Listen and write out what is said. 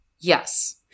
Yes